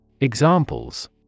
Examples